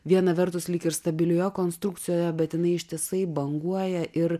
viena vertus lyg ir stabilioje konstrukcijoje bet jinai ištisai banguoja ir